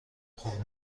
خوب